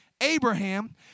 Abraham